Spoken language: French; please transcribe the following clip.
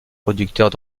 producteurs